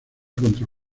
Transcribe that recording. contra